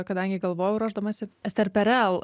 kadangi galvojau ruošdamasi ester perel